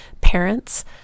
parents